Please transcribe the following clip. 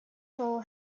hole